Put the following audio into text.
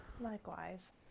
Likewise